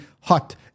hot